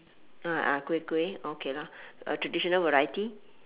uh ah kueh kueh okay lor uh traditional variety